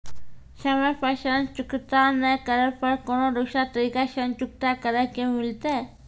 समय पर ऋण चुकता नै करे पर कोनो दूसरा तरीका ऋण चुकता करे के मिलतै?